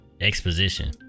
exposition